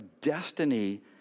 destiny